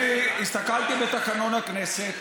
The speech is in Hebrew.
אני הסתכלתי בתקנון הכנסת.